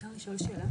אפשר לשאול שאלה?